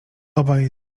obaj